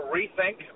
rethink